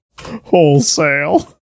Wholesale